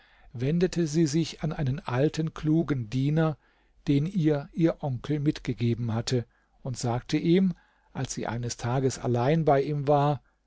wendete sie sich an einen alten klugen diener den ihr ihr onkel mitgegeben hatte und sagte ihm als sie eines tages allein bei ihm war